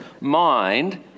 mind